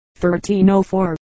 1304